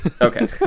okay